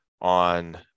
on